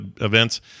events